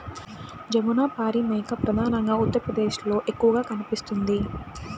జమునపారి మేక ప్రధానంగా ఉత్తరప్రదేశ్లో ఎక్కువగా కనిపిస్తుంది